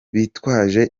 bitwaje